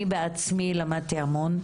אני בעצמי למדתי המון.